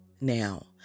now